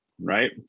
right